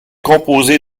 composé